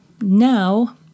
now